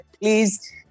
please